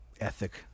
ethic